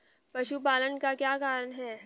पशुपालन का क्या कारण है?